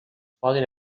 poden